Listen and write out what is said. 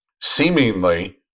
seemingly